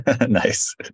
Nice